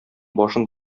башын